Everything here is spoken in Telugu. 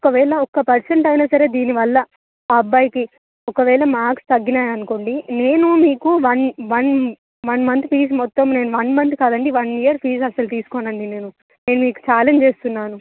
ఒకవేళ ఒక పర్సంట్ అయిన సరే దీనివల్ల ఆ అబ్బాయికి ఒకవేళ మార్క్స్ తగ్గినాయనుకోండి నేను మీకు one one one month fee మొత్తం నేను వన్ మంత్ కాదండి వన్ ఇయర్ ఫీజ్ అసలు తీసుకోనండి నేను నేను మీకు ఛాలెంజ్ చేస్తున్నాను